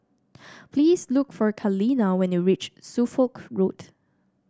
please look for Kaleena when you reach Suffolk Road